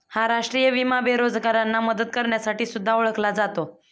हा राष्ट्रीय विमा बेरोजगारांना मदत करण्यासाठी सुद्धा ओळखला जातो